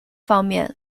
方面